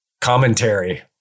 commentary